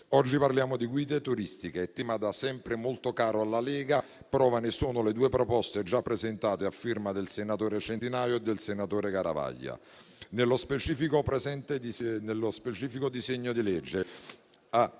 Oggi parliamo di guide turistiche, tema da sempre molto caro alla Lega, prova ne sono le due proposte già presentate a firma del senatore Centinaio e del senatore Garavaglia. Nello specifico disegno di legge,